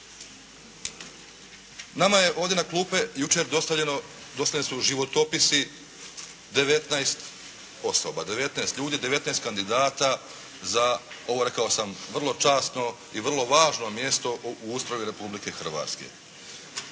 Nama je ovdje na klupe jučer dostavljeno, dostavljeni su životopisi 19 osoba, 19 ljudi, 19 kandidata za ovo rekao sam vrlo časno i vrlo važno mjesto u ustroju Republike Hrvatske.